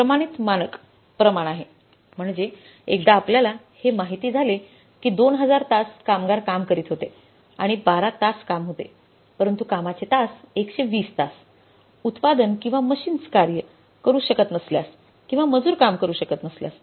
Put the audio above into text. हे प्रमाणित मानक प्रमाण आहे म्हणजे एकदा आपल्याला हे माहित झाले की 2000 तास कामगार काम करीत होते आणि 12 तास काम होते एकूण कामाचे तास 120 तासउत्पादन किंवा मशीन्स कार्य करू शकत नसल्यास किंवा मजूर काम करू शकत नसल्यास